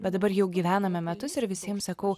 bet dabar jau gyvename metus ir visiems sakau